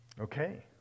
Okay